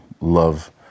love